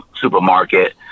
supermarket